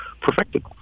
perfected